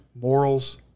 morals